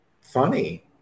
funny